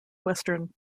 western